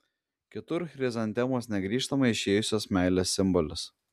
kitur chrizantemos negrįžtamai išėjusios meilės simbolis